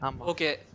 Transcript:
Okay